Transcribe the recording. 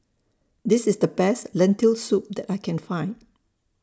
This IS The Best Lentil Soup that I Can Find